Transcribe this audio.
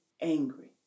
angry